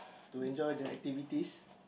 to enjoy the activities